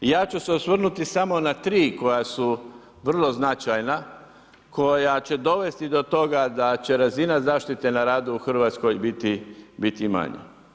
I ja ću se osvrnuti samo na 3 koja su vrlo značajna, koja će dovesti do toga da će razina zaštite na radu u Hrvatskoj biti manja.